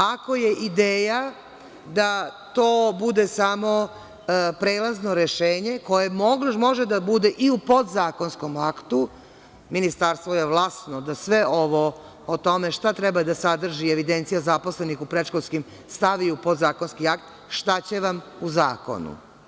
Ako je ideja da to bude samo prelazno rešenje koje može da bude i u podzakonskom aktu, ministarstvo je vlasno da sve ovo, o tome šta treba da sadrži evidencija zaposlenih u predškolskim, stavi u podzakonski akt, šta će vam u zakonu?